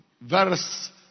Verse